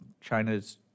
China's